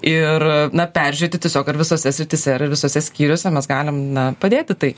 ir na peržiūrėti tiesiog ar visose srityse ir ar visuose skyriuose mes galim na padėti tai